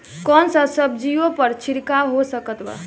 कौन सा सब्जियों पर छिड़काव हो सकत बा?